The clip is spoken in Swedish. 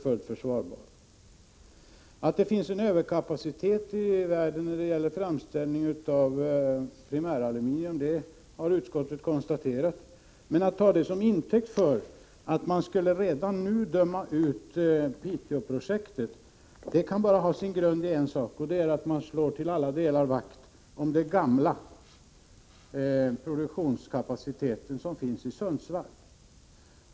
Utskottet har konstaterat, att det finns överkapacitet i världen när det gäller framställning av primäraluminium, och om man tar det som intäkt för att redan nu döma ut Piteåprojektet kan det bara ha sin grund i en sak, nämligen att man till alla delar slår vakt om den gamla produktionskapacitet som finns i Sundsvall.